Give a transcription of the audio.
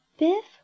Biff